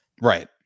right